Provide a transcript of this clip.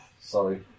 Sorry